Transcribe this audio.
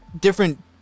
different